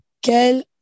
Quelle